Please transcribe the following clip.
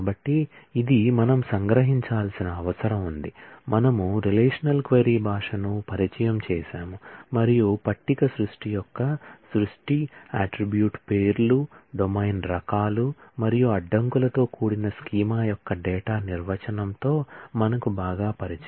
కాబట్టి ఇది మనం సంగ్రహించాల్సిన అవసరం ఉంది మనము రిలేషనల్ క్వరీ లాంగ్వేజ్ ను పరిచయం చేసాము మరియు పట్టిక సృష్టి యొక్క సృష్టి అట్ట్రిబ్యూట్ పేర్లు డొమైన్ రకాలు మరియు అడ్డంకులతో కూడిన స్కీమా యొక్క డేటా నిర్వచనంతో మనకు బాగా పరిచయం